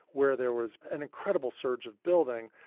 where there was an incredible surge of building,